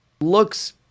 Looks